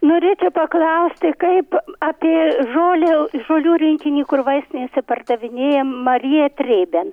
norėčiau paklausti kaip apie žolę žolių rinkinį kur vaistinėse pardavinėja marija trėben